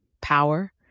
power